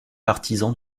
partisans